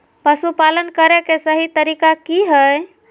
पशुपालन करें के सही तरीका की हय?